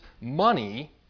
money